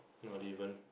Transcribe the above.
not even